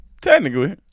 Technically